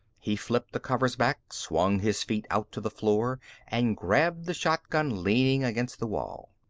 he flipped the covers back, swung his feet out to the floor and grabbed the shotgun leaning against the wall.